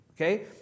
okay